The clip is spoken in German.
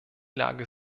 lage